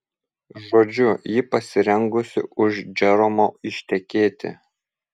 žodžiu ji pasirengusi už džeromo ištekėti